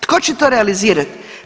Tko će to realizirati?